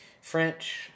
French